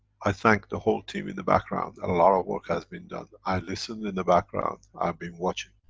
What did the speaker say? i thank the whole team in the background, a lot of work has been done. i listen in the background, i've been watching.